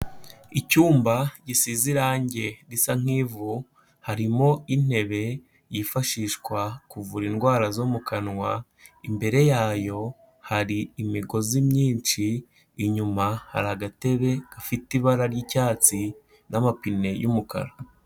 Icyumba gisize irange risa nk'ivu harimo intebe yifashishwa kuvura indwara zo mu kanwa, imbere yayo hari imigozi myinshi, inyuma hari agatebe gafite ibara ry'icyatsi n'amapine y'umukara.